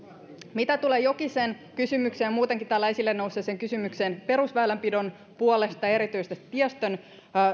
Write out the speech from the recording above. mitä tulee jokisen kysymykseen muutenkin täällä esille nousseeseen kysymykseen perusväylänpidon puolesta erityisesti tiestön